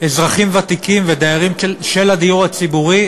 אזרחים ותיקים ודיירים של הדיור הציבורי,